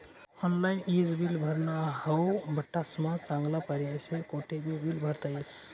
online ईज bill भरनं हाऊ बठ्ठास्मा चांगला पर्याय शे, कोठेबी बील भरता येस